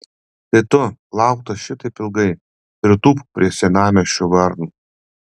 tai tu lauktas šitaip ilgai pritūpk prie senamiesčių varnų